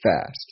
fast